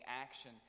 action